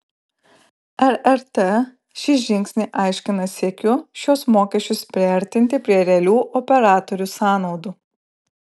rrt šį žingsnį aiškina siekiu šiuos mokesčius priartinti prie realių operatorių sąnaudų